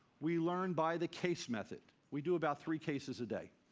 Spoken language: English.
we learned by the case method. we'd do about three cases a day.